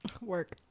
work